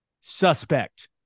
suspect